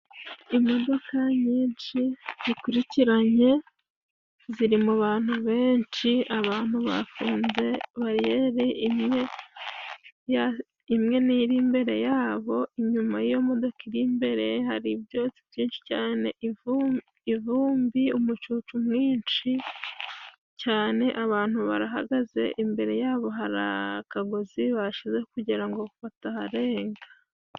Imodoka nyinshi zikurikiranye ziri mu bantu benshi abantu bafunze bariyeri imwe ni iri imbere yabo, inyuma yiyo modoka iri imbere hari ibyotsi byinshi cyane, ivumbi umucucu mwinshi cyane, abantu barahagaze imbere yabo hari akagozi bashizeho kugira ngo bataharenga.